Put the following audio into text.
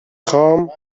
خوام